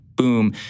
boom